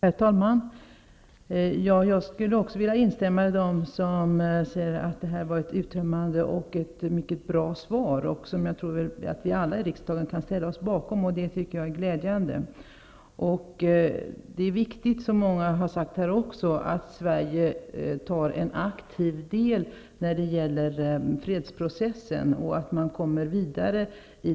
Herr talman! Jag skulle också vilja instämma med dem som säger att detta var ett uttömmande och mycket bra svar, som jag tror att vi alla i riksdagen kan ställa oss bakom. Det tycker jag är glädjande. Det är viktigt, som många också sagt här, att Sverige tar en aktiv del när det gäller fredsprocessen och att man kommer vidare.